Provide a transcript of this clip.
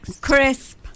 Crisp